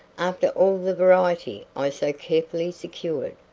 after all the variety i so carefully secured!